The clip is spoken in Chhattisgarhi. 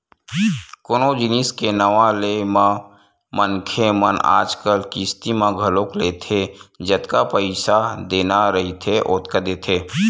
कोनो जिनिस के नवा ले म मनखे मन आजकल किस्ती म घलोक लेथे जतका पइसा देना रहिथे ओतका देथे